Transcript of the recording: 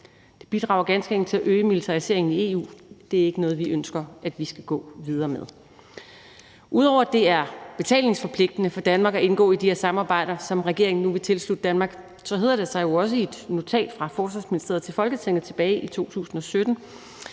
Det bidrager ganske enkelt til at øge militariseringen i EU, og det er ikke noget, vi ønsker at man skal gå videre med. Ud over at det er betalingsforpligtende for Danmark at indgå i de her samarbejder, som regeringen nu vil tilslutte Danmark, så hedder det sig jo også i et notat fra Forsvarsministeriet til Folketinget tilbage i 2017,